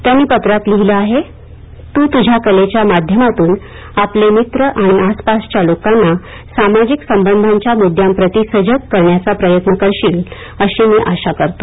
त्यांनी पत्रात लिहिले आहे तू तुझ्या कलेच्या माध्यमातून आपले मित्र आणि आसपासच्या लोकांना सामाजिक संबधांच्या मुद्यांप्रती सजग करण्याचा प्रयत्न करशील अशी मी आशा करतो